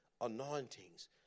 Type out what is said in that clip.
anointings